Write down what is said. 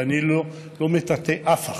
ואני לא מטאטא אף אחת,